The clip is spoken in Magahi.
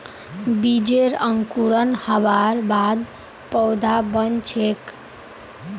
बीजेर अंकुरण हबार बाद पौधा बन छेक